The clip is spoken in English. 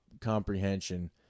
comprehension